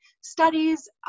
studies